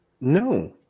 No